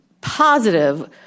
positive